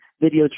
video